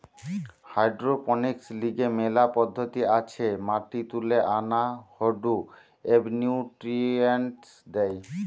hydroponics লিগে মেলা পদ্ধতি আছে মাটি তুলে আনা হয়ঢু এবনিউট্রিয়েন্টস দেয়